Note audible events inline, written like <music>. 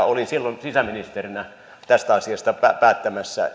<unintelligible> olin silloin sisäministerinä tästä asiasta päättämässä